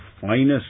finest